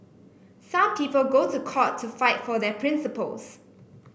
some people go to court to fight for their principles